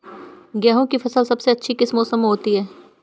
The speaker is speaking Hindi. गेंहू की फसल सबसे अच्छी किस मौसम में होती है?